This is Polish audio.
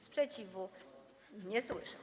Sprzeciwu nie słyszę.